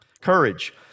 Courage